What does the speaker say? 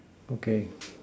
okay